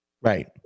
Right